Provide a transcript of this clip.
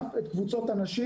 בנוסף את קבוצות הנשים.